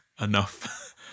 enough